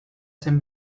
zen